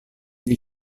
gli